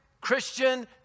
Christian